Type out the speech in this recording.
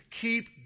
keep